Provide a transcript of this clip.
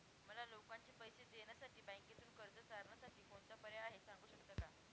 मला लोकांचे पैसे देण्यासाठी बँकेतून कर्ज तारणसाठी कोणता पर्याय आहे? सांगू शकता का?